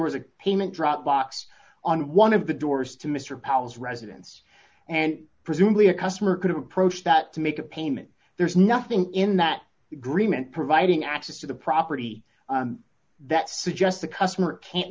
was a payment drop box on one of the doors to mr powers residence and presumably a customer could approach that to make a payment there's nothing in that agreement providing access to the property that suggests the customer can't